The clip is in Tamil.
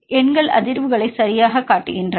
எண்கள் அதிர்வுகளை சரியாகக் காட்டுகின்றன